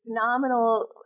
phenomenal